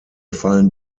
fallen